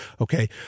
Okay